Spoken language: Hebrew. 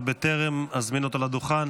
ובטרם אזמין אותו לדוכן,